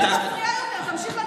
בינתיים אל תפריעי לו.